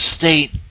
state